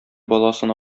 баласын